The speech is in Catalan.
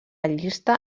llista